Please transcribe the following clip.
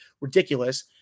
ridiculous